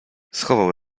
schował